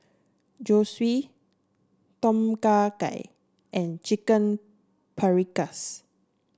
Zosui Tom Kha Gai and Chicken Paprikas